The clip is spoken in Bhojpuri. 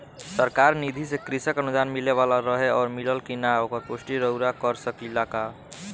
सरकार निधि से कृषक अनुदान मिले वाला रहे और मिलल कि ना ओकर पुष्टि रउवा कर सकी ला का?